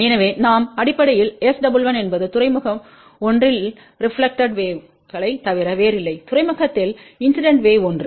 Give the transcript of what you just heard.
எனவே நாம் அடிப்படையில் S11என்பது துறைமுக 1 இல் ரெப்லக்க்ஷன் வேவ் களைத் தவிர வேறில்லை துறைமுகத்தில் இன்சிடென்ட் வேவ் 1